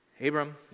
Abram